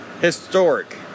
Historic